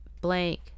blank